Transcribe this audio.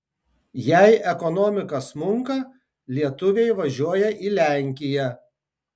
jei ekonomika smunka lietuviai važiuoja į lenkiją